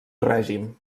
règim